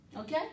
Okay